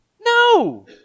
No